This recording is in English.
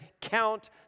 count